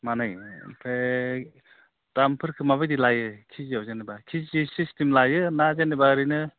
माने ओमफ्राय दामफोरखो माबायदि लायो केजिआव जेनेबा केजि सिस्टेम लायो ना जेनेबा ओरैनो